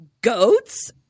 goats